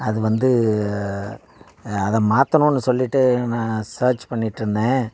அது வந்து அதை மாற்றணுன்னு சொல்லிவிட்டு நான் சர்ச் பண்ணிட்டுருந்தேன்